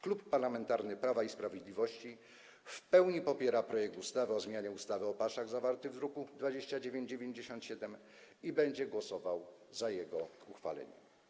Klub Parlamentarny Prawo i Sprawiedliwość w pełni popiera projekt ustawy o zmianie ustawy o paszach, zawarty w druku nr 2997, i będzie głosował za jego uchwaleniem.